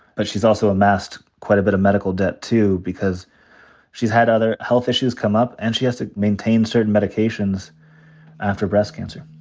but she's also amassed quite a bit of medical debt too. because she's had other health issues come up. and she has to maintain certain medications after breast cancer.